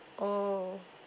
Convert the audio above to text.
oh